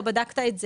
לא בדקת את זה.